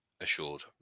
assured